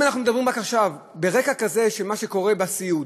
אם אנחנו מדברים רק עכשיו, על רקע מה שקורה בסיעוד